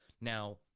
Now